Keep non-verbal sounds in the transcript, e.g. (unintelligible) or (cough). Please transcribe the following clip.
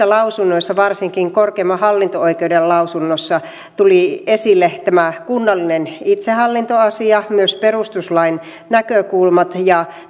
(unintelligible) lausunnoissa varsinkin korkeimman hallinto oikeuden lausunnossa tuli esille tämä kunnallinen itsehallintoasia myös perustuslain näkökulmat ja